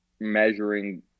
measuring